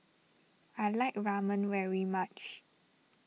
I like Ramen very much